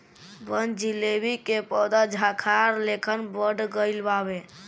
बनजीलेबी के पौधा झाखार लेखन बढ़ गइल बावे